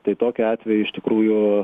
tai tokiu atveju iš tikrųjų